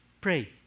pray